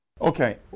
Okay